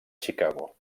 chicago